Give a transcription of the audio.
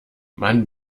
man